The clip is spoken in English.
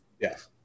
Yes